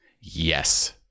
Yes